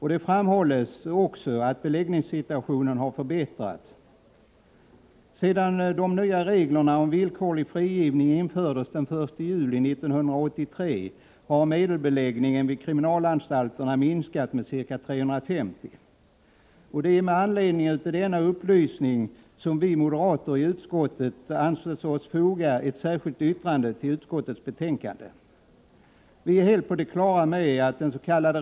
I det sammanhanget pekas på att beläggningssituationen har förbättrats — sedan de nya reglerna om villkorlig frigivning infördes den 1 juli 1983 har medelbeläggningen vid kriminalvårdsanstalterna minskat med ca 350 intagna. Med anledning av denna upplysning har vi moderater ansett det motiverat att till betänkandet foga ett särskilt yttrande. Vi är helt på det klara med att dens.k.